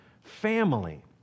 family